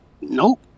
Nope